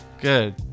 Good